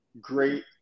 great